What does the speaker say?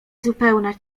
zupełna